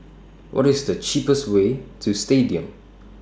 What IS The cheapest Way to Stadium